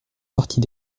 partie